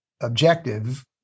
objective